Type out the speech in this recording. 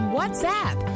WhatsApp